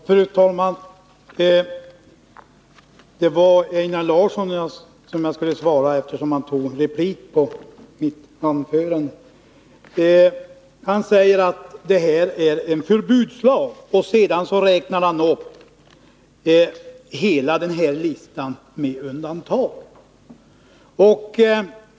Fru talman! Det är Einar Larsson jag vill svara, eftersom han begärde replik med anledning av mitt anförande. Einar Lårsson säger att det här är en förbudslag, och sedan räknar han upp listan med undantag.